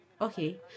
Okay